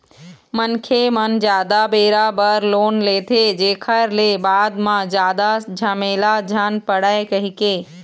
मनखे मन जादा बेरा बर लोन लेथे, जेखर ले बाद म जादा झमेला झन पड़य कहिके